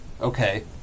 Okay